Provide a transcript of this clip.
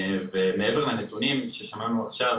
ומעבר לנתונים ששמענו עכשיו,